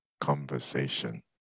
conversation